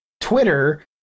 Twitter